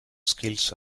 skills